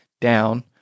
down